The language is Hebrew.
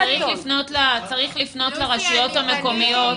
צריך לפנות לרשויות המקומיות.